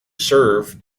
serve